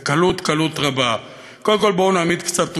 בקלות, קלות רבה.